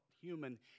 human